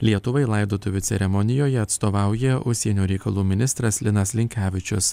lietuvai laidotuvių ceremonijoje atstovauja užsienio reikalų ministras linas linkevičius